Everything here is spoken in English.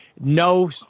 no